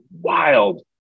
wild